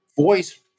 voice